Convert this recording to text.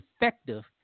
effective